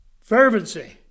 fervency